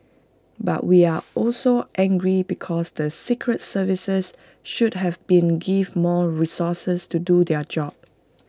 but we are also angry because the secret services should have been give more resources to do their job